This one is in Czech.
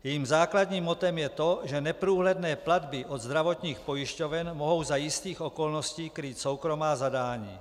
Jejím základním mottem je to, že neprůhledné platby od zdravotních pojišťoven mohou za jistých okolností krýt soukromá zadání.